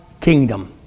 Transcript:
kingdom